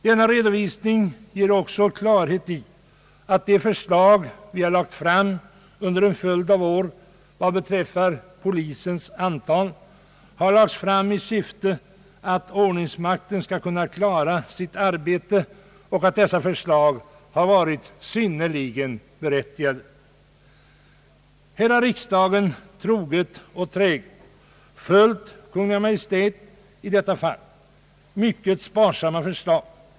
Denna redovisning ger också klarhet i att de förslag som vi har lagt fram under en följd av år beträffande polisens antal kommit till i syfte att ordningsmakten skall kunna klara sitt arbete och att dessa förslag varit synnerligen berättigade. Här har riksdagen troget och träget följt Kungl. Maj:ts mycket sparsamma förslag.